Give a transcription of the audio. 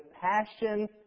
passion